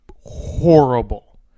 horrible